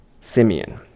Simeon